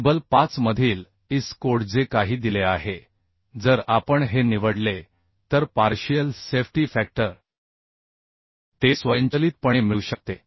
table 5 मधील IS code जे काही दिले आहे जर आपण हे निवडले तर पार्शियल सेफ्टी फॅक्टर ते स्वयंचलितपणे मिळू शकते